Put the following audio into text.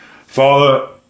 Father